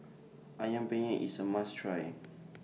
Ayam Penyet IS A must Try